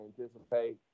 anticipate